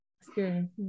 experience